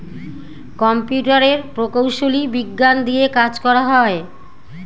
কম্পিউটারের প্রকৌশলী বিজ্ঞান দিয়ে কাজ করা হয়